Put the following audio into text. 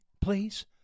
please